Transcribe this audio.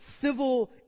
civil